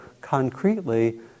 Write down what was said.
concretely